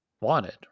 wanted